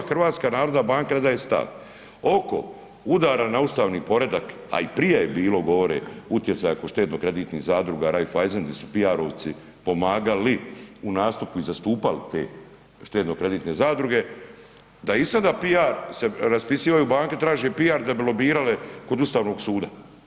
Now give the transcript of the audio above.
Hrvatska narodna banka ne daje stav oko udara na ustavni poredak, a i prije je bilo … utjecaja kod štedno kreditnih zadruga Raiffeisen gdje su PR-ovci pomagali u nastupu i zastupali te štedno kreditne zadruge da i sada PR se raspisuju banke traže PR da bi lobirale kod Ustavnog suda.